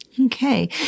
Okay